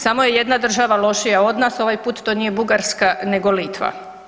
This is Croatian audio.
Samo je jedna država lošija od nas, ovaj put to nije Bugarska nego Litva.